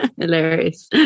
Hilarious